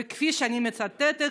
וכפי שאני מצטטת,